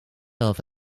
off